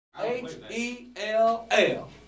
H-E-L-L